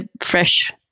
fresh